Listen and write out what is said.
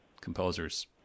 composers